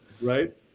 Right